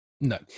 No